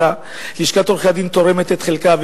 לשכת עורכי-הדין תורמת את חלקה,